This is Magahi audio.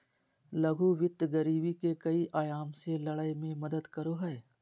लघु वित्त गरीबी के कई आयाम से लड़य में मदद करो हइ